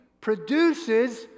produces